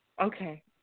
okay